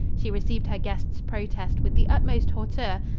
she received her guest's protest with the utmost hauteur,